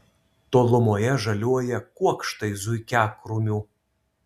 tolumoje žaliuoja kuokštai zuikiakrūmių